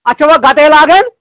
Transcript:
اَتھ چھُوا گَتَے لاگَان